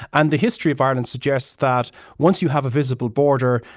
and the history of ireland suggests that once you have a visible border,